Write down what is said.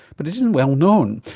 but it isn't well known.